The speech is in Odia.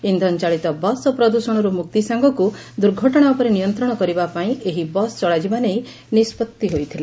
ଇନ୍ଧନ ଚାଳିତ ବସ୍ ଓ ପ୍ରଦୃଷଣରୁ ମୁକ୍ତି ସାଙ୍ଗକୁ ଦୁର୍ଘଟଣା ଉପରେ ନିୟନ୍ତଶ କରିବା ପାଇଁ ଏହି ବସ୍ ଚଳାଯିବା ନେଇ ନିଷ୍ବତ୍ତି ହୋଇଥିଲା